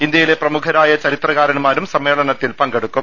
ഇന്ത്യയിലെ പ്രമുഖരായ ചരിത്രകാരന്മാരും സമ്മേളനത്തിൽ പങ്കെടുക്കും